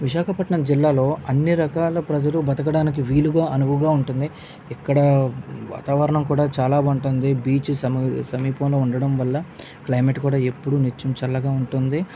విశాఖపట్నం జిల్లాలో అన్ని రకాల ప్రజలు బతకడానికి వీలుగా అనువుగా ఉంటుంది ఇక్కడ వాతావరణం కూడా చాలా బాగుంటుంది బీచ్ సమీపంలో ఉండడం వల్ల క్లైమేట్ కూడా ఎప్పుడు నిత్యం చల్లగా ఉంటుంది